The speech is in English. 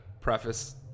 preface